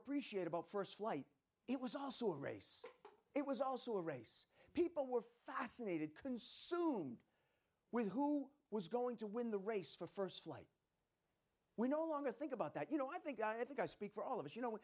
appreciate about st flight it was also a race it was also a race people were fascinated consumed with who was going to win the race for st flight we no longer think about that you know i think i think i speak for all of us you know